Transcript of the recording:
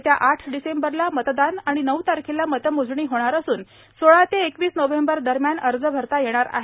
येत्या आठ डिसेंबरला मतदान आणि नऊ तारखेला मतमोजणी होणार असून सोळा ते एकवीस नोव्हेंबर दरम्यान अर्ज भरता येणार आहेत